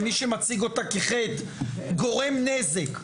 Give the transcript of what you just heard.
ומי שמציג אותה כחטא גורם נזק,